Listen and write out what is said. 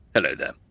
hello there.